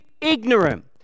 ignorant